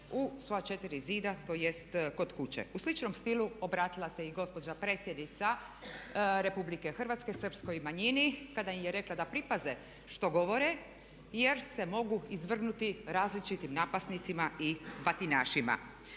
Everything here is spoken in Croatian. u svoja 4 zida tj. kod kuće. U sličnom stilu obratila se i gospođa predsjednica Republike Hrvatske srpskoj manjini kada im je rekla da pripaze što govore jer se mogu izvrgnuti različitim napasnicima i batinašima.